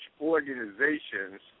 organizations